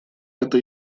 это